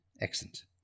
excellent